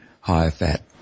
higher-fat